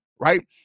Right